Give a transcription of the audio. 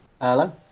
Hello